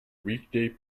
weekday